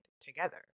together